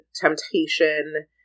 temptation